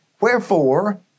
Wherefore